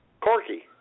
Corky